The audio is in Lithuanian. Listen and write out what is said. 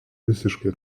visiškai